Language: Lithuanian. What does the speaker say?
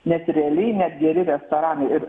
nes realiai net geri restoranai ir